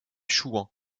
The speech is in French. chouans